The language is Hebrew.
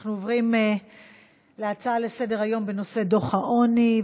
אנחנו עוברים להצעות לסדר-היום בנושא: דוח העוני,